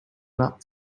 not